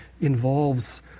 involves